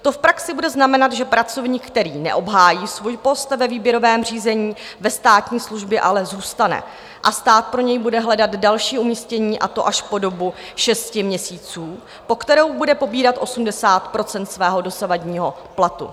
To v praxi bude znamenat, že pracovník, který neobhájí svůj post ve výběrovém řízení, ve státní službě ale zůstane a stát pro něj bude hledat další umístění, a to až po dobu šesti měsíců, po kterou bude pobírat 80 % svého dosavadního platu.